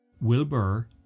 Wilbur